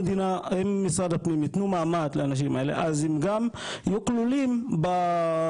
אם משרד הפנים ייתנו מעמד לאנשים האלה אז הם גם יהיו כלולים בסיוע,